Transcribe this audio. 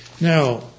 Now